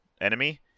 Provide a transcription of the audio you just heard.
enemy